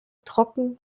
trocken